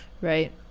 right